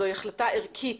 זו החלטה ערכית,